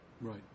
Right